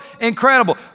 incredible